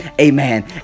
Amen